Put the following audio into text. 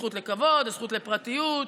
הזכות לכבוד והזכות לפרטיות,